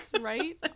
right